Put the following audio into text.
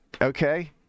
okay